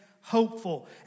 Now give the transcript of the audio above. hopeful